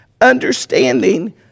Understanding